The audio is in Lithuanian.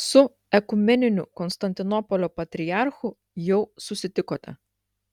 su ekumeniniu konstantinopolio patriarchu jau susitikote